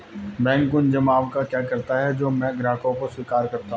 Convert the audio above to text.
Bank उन जमाव का क्या करता है जो मैं ग्राहकों से स्वीकार करता हूँ?